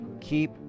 keep